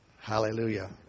Hallelujah